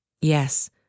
Yes